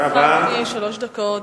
לרשותך, אדוני, שלוש דקות.